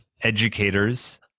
Educators